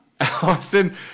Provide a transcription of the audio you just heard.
Austin